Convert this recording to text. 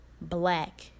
black